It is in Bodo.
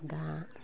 दा